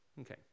Okay